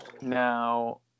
now